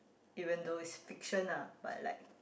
even though it's fiction ah but like